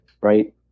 right